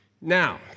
Now